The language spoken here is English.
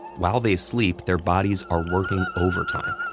while they sleep, their bodies are working overtime,